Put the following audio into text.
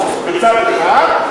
בצד אחד,